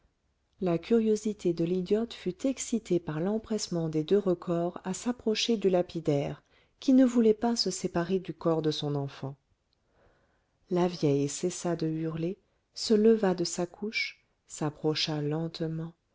la curiosité de l'idiote fut excitée par l'empressement des deux recors à s'approcher du lapidaire qui ne voulait pas se séparer du corps de son enfant la vieille cessa de hurler se leva de sa couche s'approcha lentement